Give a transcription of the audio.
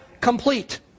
complete